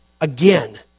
again